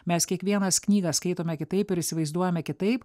mes kiekvienas knygą skaitome kitaip ir įsivaizduojame kitaip